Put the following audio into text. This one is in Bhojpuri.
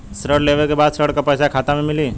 ऋण लेवे के बाद ऋण का पैसा खाता में मिली?